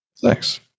Thanks